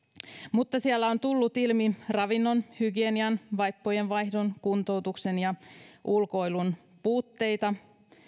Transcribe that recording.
mutta siellä on tullut ilmi ravinnon hygienian vaippojenvaihdon kuntoutuksen ja ulkoilun puutteita